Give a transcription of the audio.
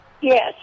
Yes